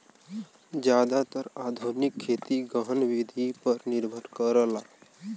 जादातर आधुनिक खेती गहन विधि पर निर्भर करला